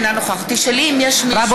אינה נוכחת רבותיי,